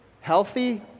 healthy